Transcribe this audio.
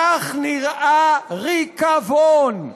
כך נראה ריקבון.